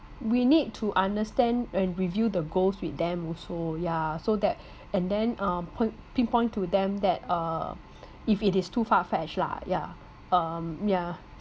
we need to understand and review the goals with them also ya so that and then um point pinpoint to them that uh if it is too far-fetched lah yeah um yeah